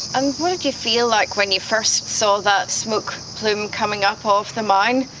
and what did you feel like when you first saw that smoke plume coming up off the mine?